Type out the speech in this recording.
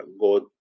God